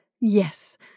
Yes